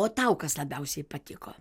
o tau kas labiausiai patiko